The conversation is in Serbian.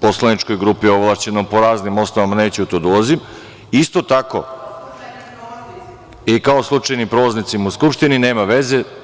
poslaničkoj grupi ovlašćenoj po raznim osnovama, neću u to da ulazim, isto tako… (Vjerica Radeta: Kao slučajnim prolaznicima.) I kao slučajnim prolaznicima u Skupštini, nema veze.